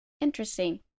Interesting